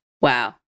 Wow